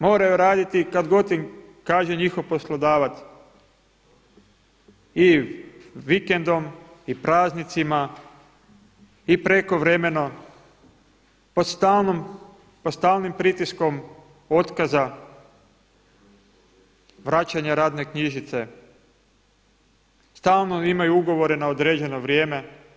Moraju raditi kada god im kaže njihov poslodavac i vikendom i praznicima i prekovremeno pod stalnim pritiskom otkaza, vraćanja radne knjižice, stalno imaju ugovore na određeno vrijeme.